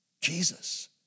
Jesus